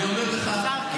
חבר הכנסת השר קיש,